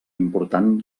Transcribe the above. important